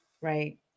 Right